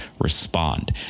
respond